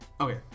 Okay